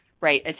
right